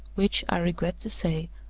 which, i regret to say,